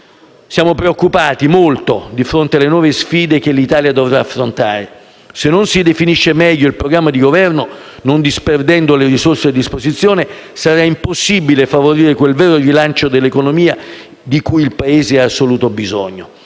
Siamo preoccupati, molto, di fronte alle nuove sfide che l'Italia dovrà affrontare. Se non si definisce meglio il programma di Governo, non disperdendo le risorse a disposizione, sarà impossibile favorire quel vero rilancio dell'economia di cui il Paese ha assoluto bisogno.